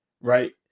right